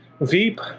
Veep